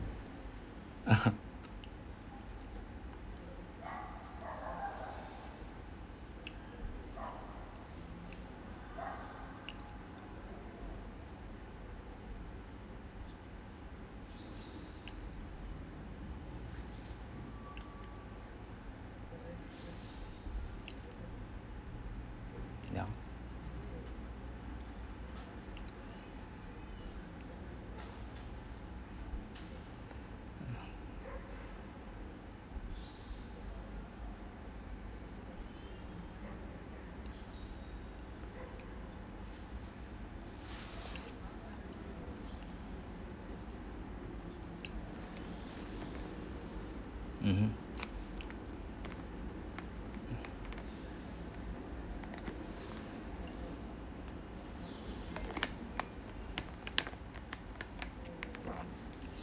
mmhmm